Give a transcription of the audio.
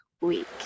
week